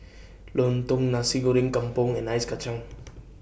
Lontong Nasi Goreng Kampung and Ice Kachang